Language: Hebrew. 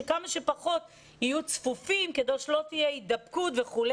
שכמה שפחות יהיו צפופים כדי שלא תהיה הידבקות וכו',